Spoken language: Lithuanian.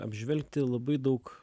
apžvelgti labai daug